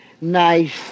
nice